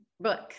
book